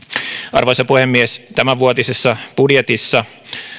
arvoisa puhemies tämänvuotisessa budjetissa